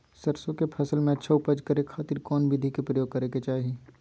सरसों के फसल में अच्छा उपज करे खातिर कौन विधि के प्रयोग करे के चाही?